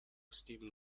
esteem